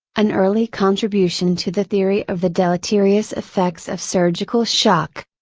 an early contribution to the theory of the deleterious effects of surgical shock.